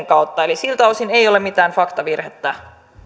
kautta eli siltä osin ei ole mitään faktavirhettä